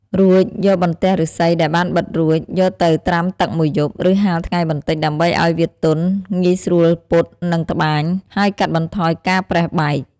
រួចយកបន្ទះឫស្សីដែលបានបិតរួច យកទៅត្រាំទឹកមួយយប់ ឬហាលថ្ងៃបន្តិច ដើម្បីឱ្យវាទន់ ងាយស្រួលពត់ និងត្បាញ ហើយកាត់បន្ថយការប្រេះបែក។